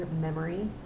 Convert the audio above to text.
memory